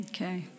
Okay